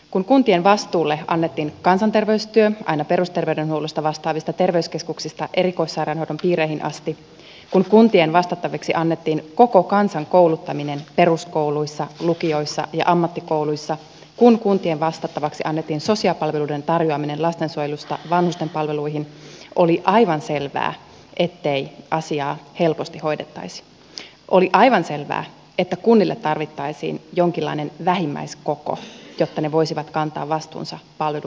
kun kuntien vastuulle annettiin kansanterveystyö aina perusterveydenhuollosta vastaavista terveyskeskuksista erikoissairaanhoidon piireihin asti kun kuntien vastattavaksi annettiin koko kansan kouluttaminen peruskouluissa lukioissa ja ammattikouluissa kun kuntien vastattavaksi annettiin sosiaalipalveluiden tarjoaminen lastensuojelusta vanhustenpalveluihin oli aivan selvää ettei asiaa helposti hoidettaisi ja oli aivan selvää että kunnille tarvittaisiin jonkinlainen vähimmäiskoko jotta ne voisivat kantaa vastuunsa palveluiden järjestämisessä